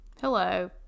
hello